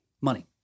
money